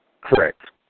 Correct